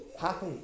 happy